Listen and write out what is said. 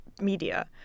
media